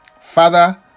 Father